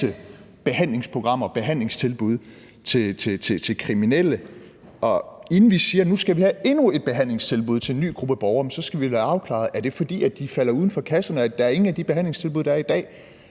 behandlingsprogrammer og behandlingstilbud til kriminelle, og inden vi siger, at nu skal vi have endnu et behandlingstilbud til en ny gruppe borgere, så skal vi da have afklaret, om det er, fordi de falder uden for kassen. Er der ingen af de behandlingstilbud, der er i dag,